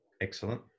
Excellent